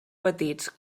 petits